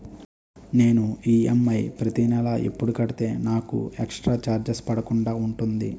నేను ఈ.ఎం.ఐ ప్రతి నెల ఎపుడు కడితే నాకు ఎక్స్ స్త్ర చార్జెస్ పడకుండా ఉంటుంది?